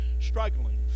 struggling